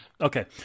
okay